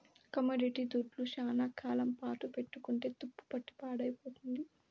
commodity దుడ్లు శ్యానా కాలం పాటు పెట్టుకుంటే తుప్పుపట్టి పాడైపోతుంది